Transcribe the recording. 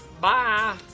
Bye